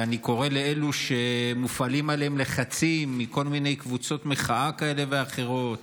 ואני קורא לאלו שמופעלים עליהם לחצים מכל מיני קבוצות מחאה כאלה ואחרות